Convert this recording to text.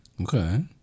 Okay